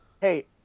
hey